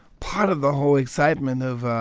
part of the whole excitement of